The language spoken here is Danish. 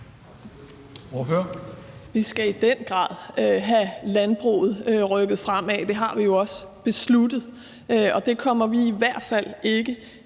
Vi skal i den grad have landbruget rykket fremad. Det har vi jo også besluttet, og det kommer vi i hvert fald ikke